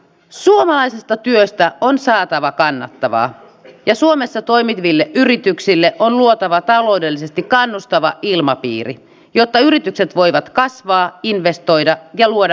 suomalaisesta työstä on saatava kannattavaa ja suomessa toimiville yrityksille on luotava taloudellisesti kannustava ilmapiiri jotta yritykset voivat kasvaa investoida ja luoda uusia työpaikkoja